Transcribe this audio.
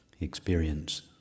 experience